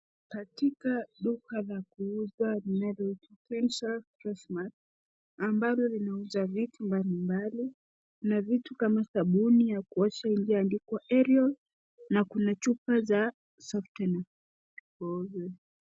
Katika duka la kuuza inayoorodhesha ambalo linauza vitu mbali mbali. Kuna vitu kama sabuni ya kuosha iliyoandikwa Ariel na kuna chupa za softener .